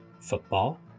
football